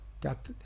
Got